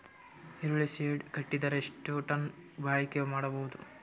ಈರುಳ್ಳಿ ಶೆಡ್ ಕಟ್ಟಿದರ ಎಷ್ಟು ಟನ್ ಬಾಳಿಕೆ ಮಾಡಬಹುದು?